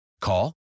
Call